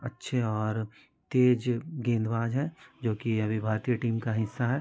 अच्छे और तेज़ गेंदबाज़ हैं जोकि अभी भारतीय टीम का हिस्सा हैं